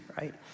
right